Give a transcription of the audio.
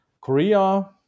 Korea